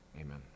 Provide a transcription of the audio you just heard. Amen